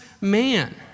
man